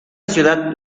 ciudad